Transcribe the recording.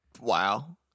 Wow